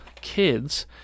kids